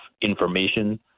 information